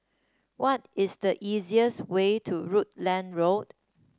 what is the easiest way to Rutland Road